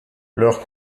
leurs